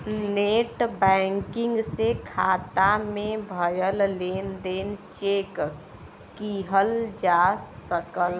net banking से खाता में भयल लेन देन चेक किहल जा सकला